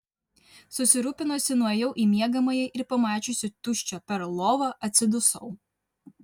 susirūpinusi nuėjau į miegamąjį ir pamačiusi tuščią perl lovą atsidusau